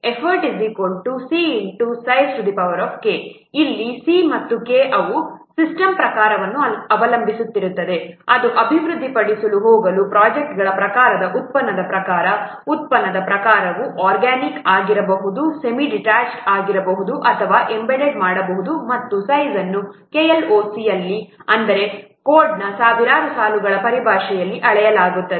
effort c x sizek ಅಲ್ಲಿ c ಮತ್ತು k ಅವು ಸಿಸ್ಟಂನ ಪ್ರಕಾರವನ್ನು ಅವಲಂಬಿಸಿರುತ್ತವೆ ಅದು ಅಭಿವೃದ್ಧಿಪಡಿಸಲು ಹೋಗುವ ಪ್ರೊಜೆಕ್ಟ್ಗಳ ಪ್ರಕಾರದ ಉತ್ಪನ್ನದ ಪ್ರಕಾರ ಉತ್ಪನ್ನದ ಪ್ರಕಾರವು ಆರ್ಗ್ಯಾನಿಕ್ ಆಗಿರಬಹುದು ಸೆಮಿಡಿಟ್ಯಾಚ್ಡ್ ಆಗಿರಬಹುದು ಅಥವಾ ಎಂಬೆಡೆಡ್ ಮಾಡಬಹುದು ಮತ್ತು ಸೈಜ್ ಅನ್ನು KLOC ಅಲ್ಲಿ ಅಂದರೆ ಕೋಡ್ನ ಸಾವಿರಾರು ಸಾಲುಗಳ ಪರಿಭಾಷೆಯಲ್ಲಿ ಅಳೆಯಲಾಗುತ್ತದೆ